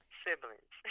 siblings